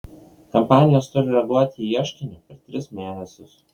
kompanijos turi reaguoti į ieškinį per tris mėnesius